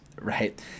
right